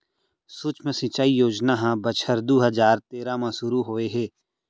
सुक्ष्म सिंचई योजना ह बछर दू हजार तेरा म सुरू होए हे